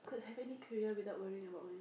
could have any career without worrying about mo~